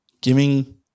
giving –